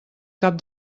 cap